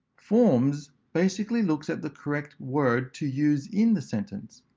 forms basically looks at the correct word to use in the sentence,